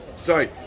Sorry